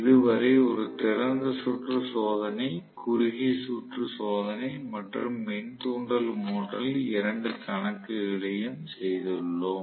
இது வரை ஒரு திறந்த சுற்று சோதனை குறுகிய சுற்று சோதனை மற்றும் மின் தூண்டல் மோட்டரில் இரண்டு கணக்குகளையும் செய்துள்ளோம்